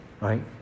right